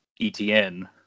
ETN